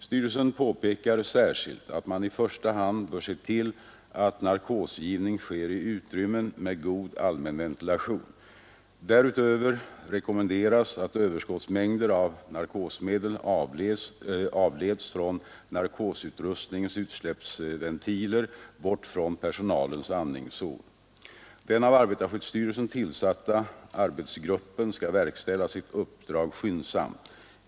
Styrelsen påpekar särskilt att man i första hand bör se till att narkosgivning sker i utrymmen med god allmänventilation. Därutöver rekommenderas att överskottsmängder av narkosmedel avleds från narkosutrustningens utsläppsventiler bort från personalens andningszon. Den av arbetarskyddsstyrelsen tillsatta arbetsgruppen skall verkställa sitt uppdrag skyndsamt.